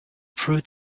fruit